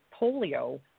polio